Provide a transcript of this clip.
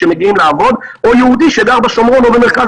שמגיעים לעבוד או יהודי שגר בשומרון או במרכז